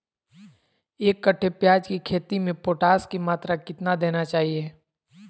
एक कट्टे प्याज की खेती में पोटास की मात्रा कितना देना चाहिए?